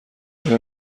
آیا